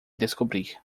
descobrir